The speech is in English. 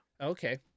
Okay